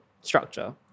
structure